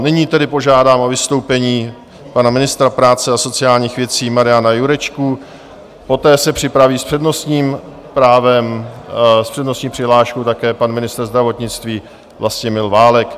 Nyní tedy požádám o vystoupení pana ministra práce a sociálních věcí Mariana Jurečku, poté se připraví s přednostním právem, s přednostní přihláškou, také pan ministr zdravotnictví Vlastimil Válek.